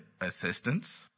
assistance